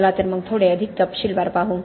चला तर मग थोडे अधिक तपशीलवार पाहू